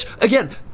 again